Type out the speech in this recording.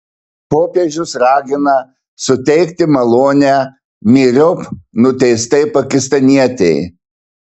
popiežius ragina suteikti malonę myriop nuteistai pakistanietei